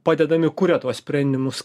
padedami kuria tuos sprendimus